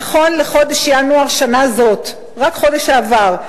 נכון לחודש ינואר שנה זאת, רק בחודש שעבר,